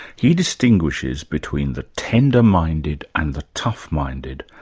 he distinguishes between the tender-minded and the tough-minded.